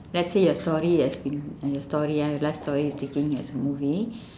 let's say your story has been uh story ah your life story is taken as a movie